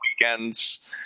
weekends